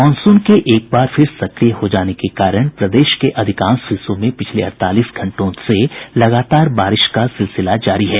monsoon के एक बार फिर से सक्रिय हो जाने के कारण प्रदेश के अधिकांश हिस्सों में पिछले अड़तालीस घंटों से लगातार बारिश का सिलसिला जारी है